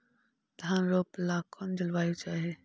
धान रोप ला कौन जलवायु चाही?